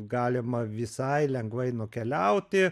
galima visai lengvai nukeliauti